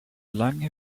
lange